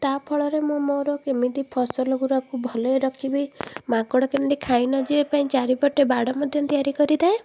ତା' ଫଳରେ ମୁଁ ମୋର କେମିତି ଫସଲ ଗୁରାକୁ ଭଲରେ ରଖିବି ମାଙ୍କଡ଼ ଯେମିତି ଖାଇ ନଯିବା ପାଇଁକା ଚାରିପଟେ ବାଡ଼ ମଧ୍ୟ ତିଆରି କରିଥାଏ